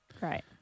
Right